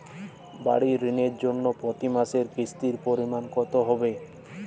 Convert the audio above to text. বাড়ীর ঋণের জন্য প্রতি মাসের কিস্তির পরিমাণ কত হবে?